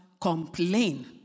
complain